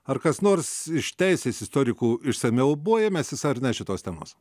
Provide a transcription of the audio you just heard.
ar kas nors iš teisės istorikų išsamiau buvo ėmęsis ar ne šitos temos